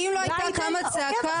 לדווח.